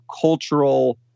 cultural